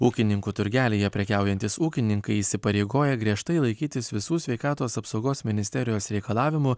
ūkininkų turgelyje prekiaujantys ūkininkai įsipareigoja griežtai laikytis visų sveikatos apsaugos ministerijos reikalavimų